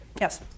Yes